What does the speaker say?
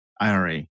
IRA